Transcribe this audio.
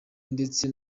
ndetse